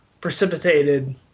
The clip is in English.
precipitated